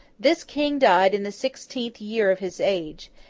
this king died in the sixteenth year of his age,